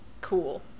Cool